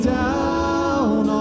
down